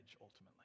ultimately